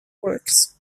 works